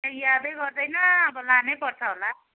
यादै गर्दैन अब लानैपर्छ होला